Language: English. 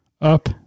up